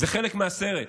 זה חלק מהסרט,